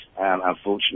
Unfortunately